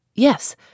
Yes